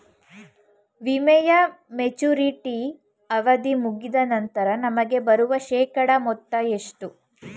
ವಿಮೆಯ ಮೆಚುರಿಟಿ ಅವಧಿ ಮುಗಿದ ನಂತರ ನಮಗೆ ಬರುವ ಶೇಕಡಾ ಮೊತ್ತ ಎಷ್ಟು?